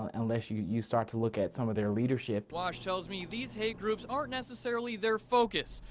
um unless you you start to look at some of their leadership. wash tells me these hate groups aren't necessarily their focus.